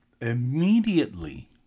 immediately